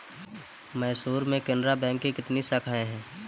मैसूर में केनरा बैंक की कितनी शाखाएँ है?